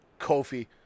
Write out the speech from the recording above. Kofi